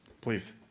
Please